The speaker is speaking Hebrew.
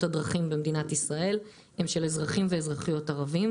הדרכים במדינת ישראל הם של אזרחים ואזרחיות ערבים,